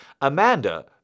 Amanda